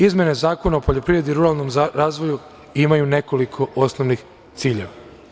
Izmene Zakona o poljoprivredi i ruralnom razvoju imaju nekoliko osnovnih ciljeva.